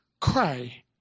cry